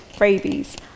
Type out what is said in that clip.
rabies